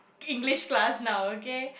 English class now okay